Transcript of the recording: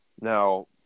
Now